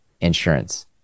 insurance